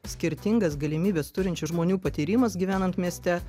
skirtingas galimybes turinčių žmonių patyrimas gyvenant mieste